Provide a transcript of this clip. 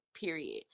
period